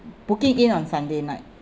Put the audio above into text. booking in on sunday night